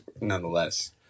nonetheless